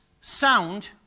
sound